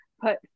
put